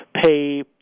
pay –